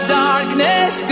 darkness